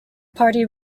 party